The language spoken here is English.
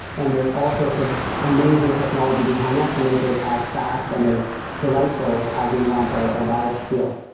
and there's all sorts of amazing technology behind that to make it as fast and as delightful as we want our our buyers to feel.